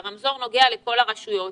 הרמזור נוגע לכל הרשויות